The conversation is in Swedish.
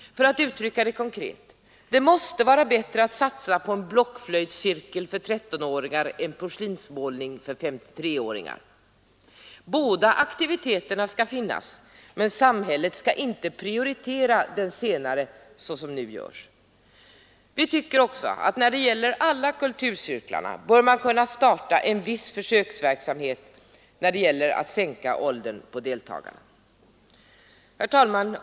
För att uttrycka det konkret: Det måste vara bättre att satsa på en blockflöjtscirkel för 13-åringar än på porslinsmålning för S3-åringar. Båda aktiviteterna skall finnas, men samhället skall inte prioritera den senare, som nu görs. Vi tycker också att för alla typer av kulturcirklar bör man kunna starta en försöksverksamhet beträffande sänkt åldersgräns för deltagarna. Herr talman!